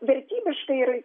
vertybiškai yra